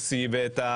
לי.